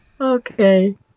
Okay